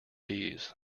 bees